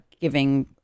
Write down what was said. giving